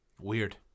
Weird